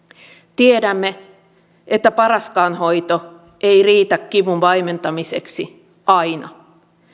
tiedämme että paraskaan hoito ei riitä kivun vaimentamiseksi aina